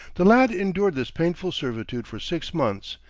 the lad endured this painful servitude for six months,